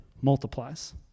multiplies